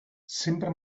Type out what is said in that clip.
sempre